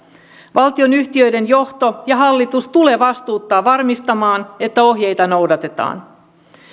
valtionyhtiöiden johto ja hallitus tulee vastuuttaa varmistamaan että ohjeita noudatetaan